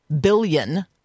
billion